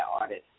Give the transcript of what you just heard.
artist